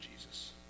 Jesus